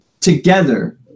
together